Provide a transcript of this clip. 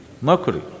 Mercury